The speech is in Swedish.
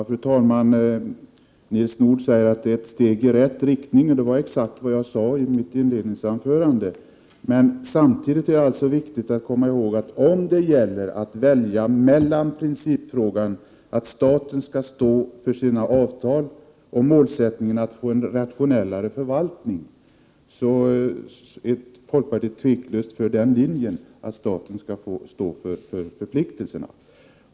Fru talman! Nils Nordh säger att detta är ett steg i rätt riktning. Det var exakt vad jag sade i mitt inledningsanförande. Men det är samtidigt viktigt att komma ihåg, att om det gäller att välja mellan principfrågan att staten skall stå för sina avtal och målsättningen att få en rationellare förvaltning, anser folkpartiet tveklöst att staten skall få stå för förpliktelserna.